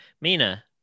Mina